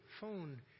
phone